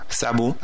sabu